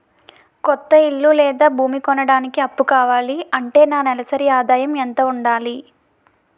కొత్త ఇల్లు లేదా భూమి కొనడానికి అప్పు కావాలి అంటే నా నెలసరి ఆదాయం ఎంత ఉండాలి?